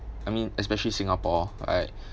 I mean especially singapore I